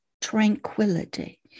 tranquility